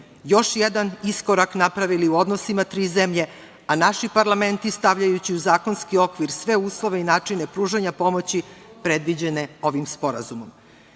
još jedan iskorak napravili u odnosima tri zemlje, a naši parlamenti stavljajući u zakonski okvir sve uslove i načine pružanja pomoći predviđene ovim Sporazumom. Meni